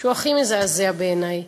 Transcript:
שהוא הכי מזעזע בעיני: